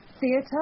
theatre